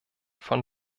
von